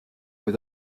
were